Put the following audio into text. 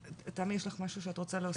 תמי יש לך משהו שאת רוצה להוסיף?